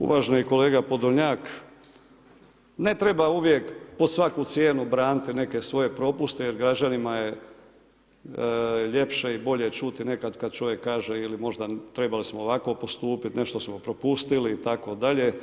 Uvaženi kolega Podolnjak, ne treba uvijek pod svaku cijenu braniti neke svoje propuste jer građanima je ljepše i bolje čuti nekad kad čovjek kaže ili možda trebali smo ovako postupiti, nešto smo propustili itd.